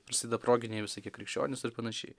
prasideda proginiai visokie krikščionys ir panašiai